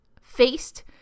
faced